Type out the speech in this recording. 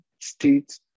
states